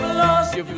lost